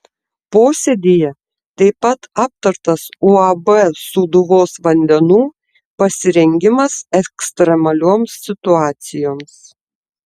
posėdyje taip pat aptartas uab sūduvos vandenų pasirengimas ekstremalioms situacijoms